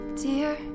Dear